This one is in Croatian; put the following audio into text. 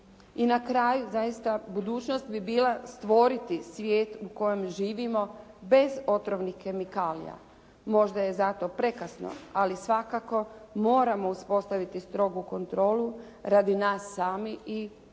I na kraju, zaista budućnost bi bila stvoriti svijet u kojem živimo bez otrovnih kemikalija. Možda je za to prekasno, ali svakako moramo uspostaviti strogu kontrolu radi nas samih i radi